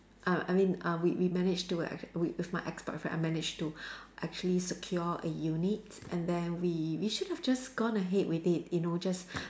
uh I mean uh we we managed to ac~ with with my ex-boyfriend I managed to actually secure a unit and then we we should have just gone ahead with it you know just